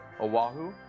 Oahu